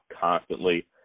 constantly